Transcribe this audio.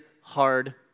hard